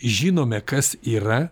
žinome kas yra